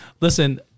Listen